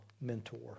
mentor